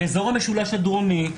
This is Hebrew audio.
באזור המשולש הדרומי,